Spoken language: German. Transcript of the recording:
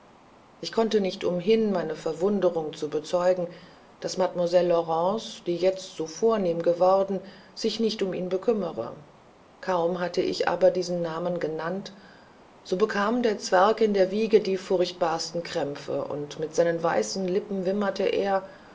ich konnte nicht umhin meine verwunderung zu bezeugen daß mademoiselle laurence die jetzt so vornehm geworden sich nicht um ihn bekümmere kaum hatte ich aber diesen namen genannt so bekam der zwerg in der wiege die furchtbarsten krämpfe und mit seinen weißen lippen wimmerte er